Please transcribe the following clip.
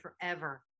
forever